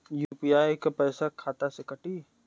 UPI क पैसा खाता से कटी?